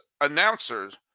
announcers